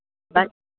ਬਸ